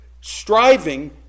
striving